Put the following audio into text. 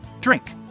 Drink